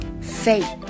Faith